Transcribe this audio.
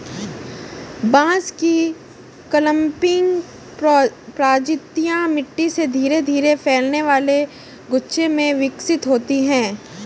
बांस की क्लंपिंग प्रजातियां मिट्टी से धीरे धीरे फैलने वाले गुच्छे में विकसित होती हैं